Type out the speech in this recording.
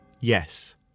yes